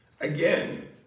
again